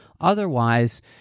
otherwise